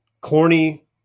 corny